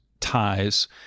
ties